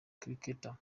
cricketer